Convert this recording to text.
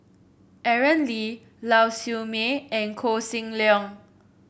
Aaron Lee Lau Siew Mei and Koh Seng Leong